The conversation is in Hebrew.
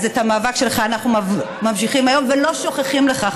אז את המאבק שלך אנחנו ממשיכים היום ולא שוכחים לך,